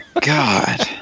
God